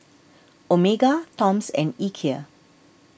Omega Toms and Ikea